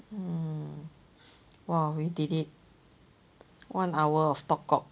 hmm !wah! we did it one hour of talk cock